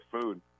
food